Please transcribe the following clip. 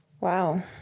Wow